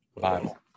Bible